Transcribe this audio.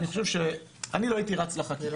אני חושב שאני לא הייתי רץ לחקיקה,